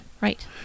Right